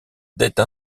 dette